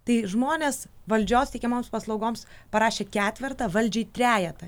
tai žmonės valdžios teikiamoms paslaugoms parašė ketvertą valdžiai trejetą